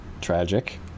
tragic